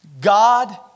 God